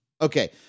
Okay